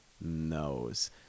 knows